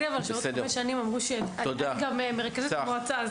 צח בן יהודה,